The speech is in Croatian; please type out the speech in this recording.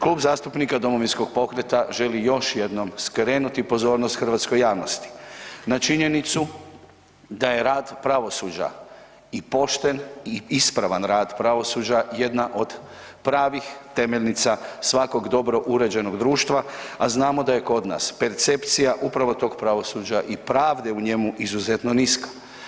Klub zastupnika Domovinskog pokreta želi još jednom skrenuti pozornost hrvatskoj javnosti na činjenicu da je rad pravosuđa i pošten i ispravan rad jedna od pravih temeljnica svakog dobrog uređenog društva a znamo da je kod nas percepcija upravo tog pravosuđa i pravde u njemu izuzetno niska.